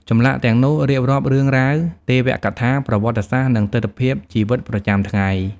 ចម្លាក់ទាំងនោះរៀបរាប់រឿងរ៉ាវទេវកថា ប្រវត្តិសាស្ត្រ និងទិដ្ឋភាពជីវិតប្រចាំថ្ងៃ។